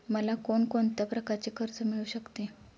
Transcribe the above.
मला कोण कोणत्या प्रकारचे कर्ज मिळू शकते?